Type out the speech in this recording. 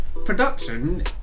Production